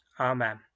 Amen